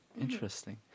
Interesting